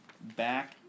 back